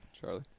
Charlie